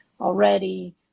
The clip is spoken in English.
already